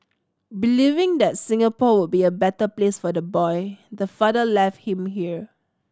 believing that Singapore would be a better place for the boy the father left him here